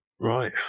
Right